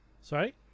Sorry